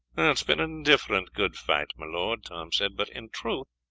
has been an indifferent good fight, my lord tom said but in truth,